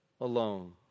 alone